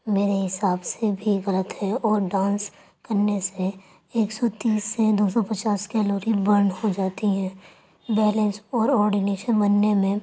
میرے حساب سے بھی غلط ہے اور ڈانس کرنے سے ایک سو تیس سے دو پچاس کیلوری برن ہو جاتی ہیں بیلنس اور اورڈینیشن بننے میں